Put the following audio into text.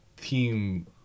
team